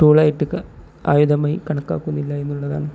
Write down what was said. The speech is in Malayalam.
ടൂൾ ആയിട്ടൊക്കെ ആയുധമായി കണക്കാക്കുന്നില്ല എന്നുള്ളതാണ്